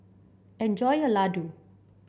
enjoy your laddu